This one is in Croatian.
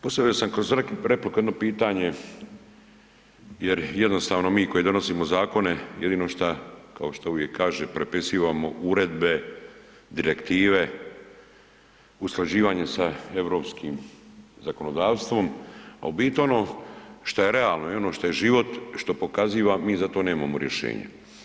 Postavio sam kroz repliku jedno pitanje jer jednostavno mi koji donosimo zakone jedino šta kao što uvijek kaže prepisivamo uredbe, direktive, usklađivanje sa europskim zakonodavstvom, a u biti ono što je realno i ono što je život, što pokaziva mi za to nemamo rješenje.